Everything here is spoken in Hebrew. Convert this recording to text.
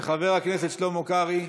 לחבר הכנסת שלמה קרעי,